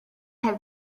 have